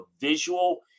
visual